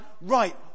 right